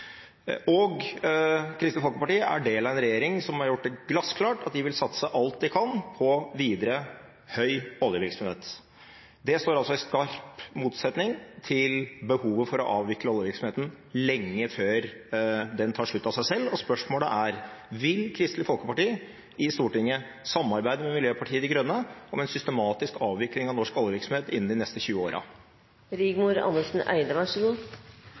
Og Kristelig Folkeparti er del av en regjering som har gjort det glassklart at de vil satse alt de kan på videre høy oljevirksomhet. Det står altså i skarp motsetning til behovet for å avvikle oljevirksomheten lenge før den tar slutt av seg selv. Og spørsmålet er: Vil Kristelig Folkeparti i Stortinget samarbeide med Miljøpartiet De Grønne om en systematisk avvikling av norsk oljevirksomhet innen de neste 20